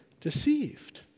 deceived